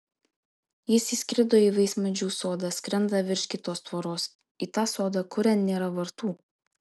jis įskrido į vaismedžių sodą skrenda virš kitos tvoros į tą sodą kurian nėra vartų